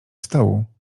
stołu